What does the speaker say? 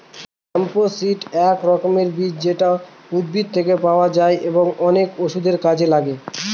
hemp seed এক রকমের বীজ যেটা উদ্ভিদ থেকে পাওয়া যায় এবং অনেক ওষুধের জন্য লাগে